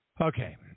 Okay